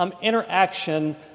interaction